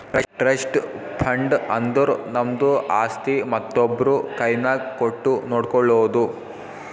trust fund ಅಂದುರ್ ನಮ್ದು ಆಸ್ತಿ ಮತ್ತೊಬ್ರು ಕೈನಾಗ್ ಕೊಟ್ಟು ನೋಡ್ಕೊಳೋದು